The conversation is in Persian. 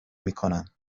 میکنن